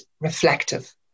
reflective